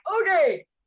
okay